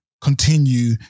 continue